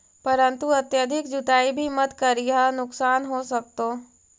परंतु अत्यधिक जुताई भी मत करियह नुकसान हो सकतो